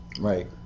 Right